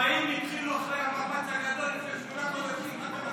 החיים התחילו אחרי המפץ הגדול לפני שמונה חודשים.